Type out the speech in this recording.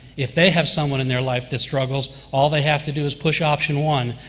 if they have someone in their life that struggles, all they have to do is push option one,